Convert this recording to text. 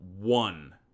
One